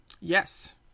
Yes